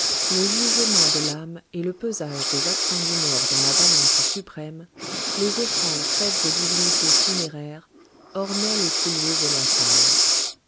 le jugement de l'âme et le pesage des actions du mort dans la balance suprême les offrandes faites aux divinités funéraires ornaient les piliers et la salle